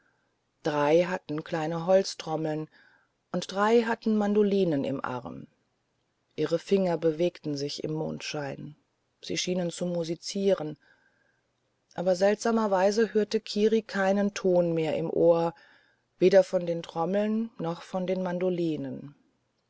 drei hatten kleine holztrommeln und drei hatten mandolinen im arm ihre finger bewegten sich im mondschein sie schienen zu musizieren aber seltsamerweise hörte kiri keinen ton mehr im ohr weder von den trommeln noch von den mandolinen